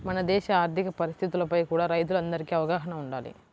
మన దేశ ఆర్ధిక పరిస్థితులపై కూడా రైతులందరికీ అవగాహన వుండాలి